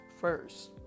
first